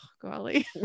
golly